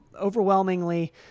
overwhelmingly